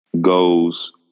goes